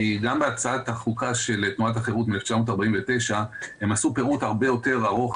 גם בהצעת החוקה של תנועת החירות מ-1949 עשו פירוט הרבה יותר ארוך,